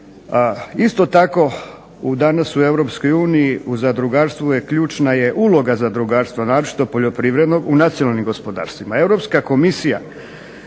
Isto tako, danas u Europskoj uniji u zadrugarstvu ključna je uloga zadrugarstva naročito poljoprivrednog u nacionalnim gospodarstvima.